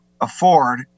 afford